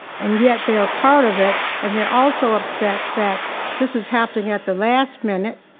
and yet they are part of it and they're also upset that this is happening at the last minute,